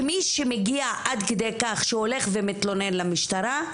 שמי שמגיע עד כדי כך שהוא הולך ומתלונן למשטרה,